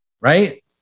Right